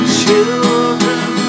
children